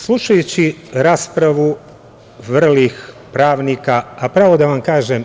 Slušajući raspravu vrlih pravnika, a pravo da vam kažem